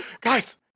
guys